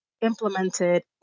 implemented